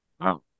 Wow